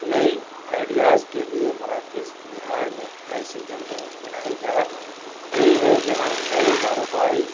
نئی آئیڈیاز کے لیے مراکز بہار میں ایسی جگہیں بنائی جا رہی ہے جہاں نئے کاروباری